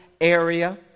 area